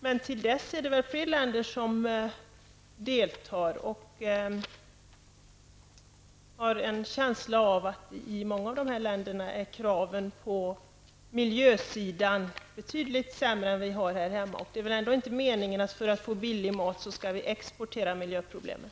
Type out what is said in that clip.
Men till dess är det väl fler länder Sverige har handelsutbyte med, och jag har en känsla av att i många av dessa länder är miljökraven betydligt lägre än de som vi har här hemma. Det är väl inte meningen att vi för att få billig mat skall exportera miljöproblemen?